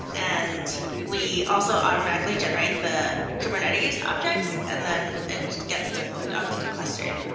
and we also automatically generate the kubernetes objects and then it gets deployed on to the cluster.